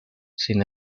sin